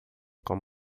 cão